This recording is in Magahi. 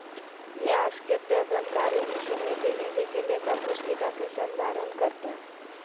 न्यास के प्रबंधकारिणी समिति निधि के लेखा पुस्तिक के संधारण करतय